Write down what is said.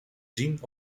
zien